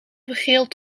vergeeld